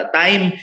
time